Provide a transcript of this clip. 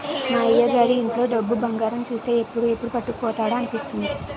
మా అయ్యగారి ఇంట్లో డబ్బు, బంగారాన్ని చూస్తే ఎవడు ఎప్పుడు పట్టుకుపోతాడా అనిపిస్తుంది